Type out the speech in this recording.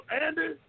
Andy